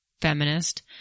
feminist